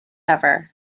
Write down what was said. ever